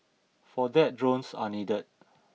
for that drones are needed